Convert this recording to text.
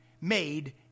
made